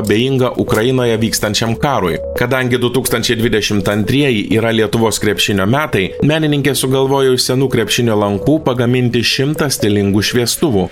abejinga ukrainoje vykstančiam karui kadangi du tūkstančiai dvidešimt antrieji yra lietuvos krepšinio metai menininkė sugalvojo iš senų krepšinio lankų pagaminti šimtą stilingų šviestuvų